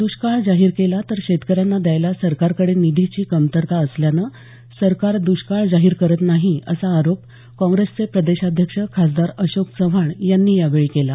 द्ष्काळ जाहीर केला तर शेतकऱ्यांना द्यायला सरकारकडे निधीची कमतरता असल्यानं सरकार दुष्काळ जाहीर करत नाही असा आरोप काँग्रेसचे प्रदेशाध्यक्ष खासदार अशोक चव्हाण यांनी यावेळी केला